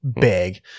big